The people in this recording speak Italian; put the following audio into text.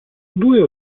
due